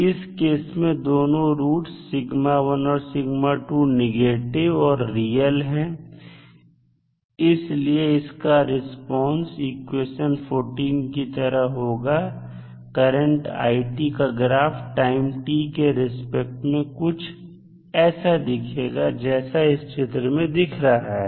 इस केस में दोनों रूट्स और नेगेटिव और रियल हैं इसलिए इसका रिस्पांस इक्वेशन14 की तरह होगा और करंट i का ग्राफ टाइम t के रिस्पेक्ट में कुछ ऐसा दिखेगा जैसा इस चित्र में दिख रहा है